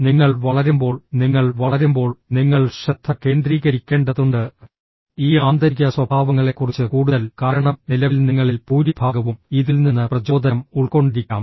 നിങ്ങൾ വളരുമ്പോൾ നിങ്ങൾ വളരുമ്പോൾ നിങ്ങൾ ശ്രദ്ധ കേന്ദ്രീകരിക്കേണ്ടതുണ്ട് ഈ ആന്തരിക സ്വഭാവങ്ങളെക്കുറിച്ച് കൂടുതൽ കാരണം നിലവിൽ നിങ്ങളിൽ ഭൂരിഭാഗവും ഇതിൽ നിന്ന് പ്രചോദനം ഉൾക്കൊണ്ടിരിക്കാം